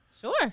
Sure